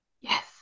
Yes